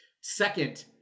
second